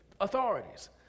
Authorities